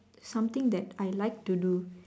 something that I like to do